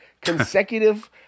consecutive